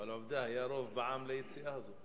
אבל עובדה, היה רוב בעם ליציאה הזאת.